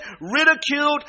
ridiculed